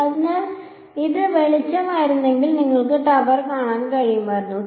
അതിനാൽ ഇത് വെളിച്ചമായിരുന്നെങ്കിൽ നിങ്ങൾക്ക് ടവർ കാണാൻ കഴിയുമായിരുന്നോ